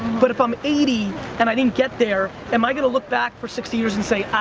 but if i'm eighty, and i didn't get there, am i going to look back for sixty years and say, ah,